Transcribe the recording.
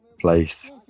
place